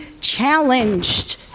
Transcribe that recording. challenged